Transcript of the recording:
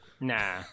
Nah